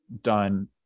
done